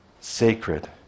sacred